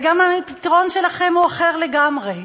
וגם אם הפתרון שלכם הוא אחר לגמרי,